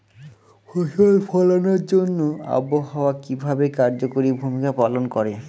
ফসল ফলানোর জন্য আবহাওয়া কিভাবে কার্যকরী ভূমিকা পালন করে?